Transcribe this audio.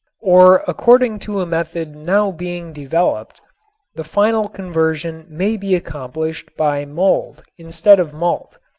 or according to a method now being developed the final conversion may be accomplished by mold instead of malt.